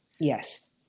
Yes